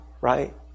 right